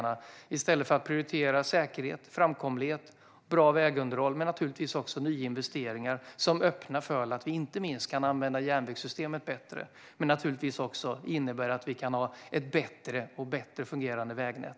Vill Moderaterna göra det i stället för att prioritera säkerhet, framkomlighet, bra vägunderhåll och nyinvesteringar som inte minst öppnar för att vi kan använda järnvägssystemet bättre och som naturligtvis också innebär att vi kan ha ett bättre fungerande vägnät?